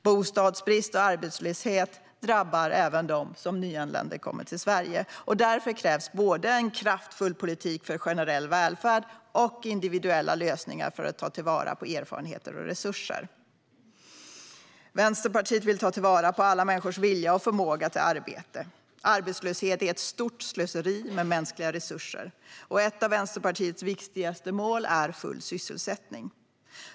Bostadsbrist och arbetslöshet drabbar även dem som är nyanlända i Sverige, och därför krävs både en kraftfull politik för generell välfärd och individuella lösningar för att ta till vara erfarenhet och resurser. Vänsterpartiet vill ta till vara alla människors vilja och förmåga till arbete. Arbetslöshet är ett stort slöseri med mänskliga resurser, och ett av Vänsterpartiets viktigaste mål är full sysselsättning.